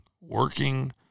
working